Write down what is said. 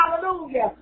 Hallelujah